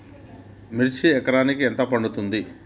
మిర్చి ఎకరానికి ఎంత పండుతది?